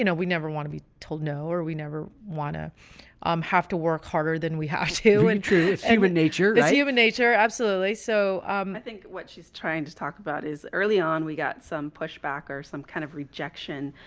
you know we never want to be told no, or we never want to um have to work harder than we have to in truth, and human nature, yeah human nature. absolutely. so um i think what she's trying to talk about is early on, we got some pushback or some kind of rejection.